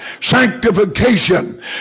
Sanctification